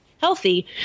healthy